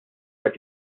qed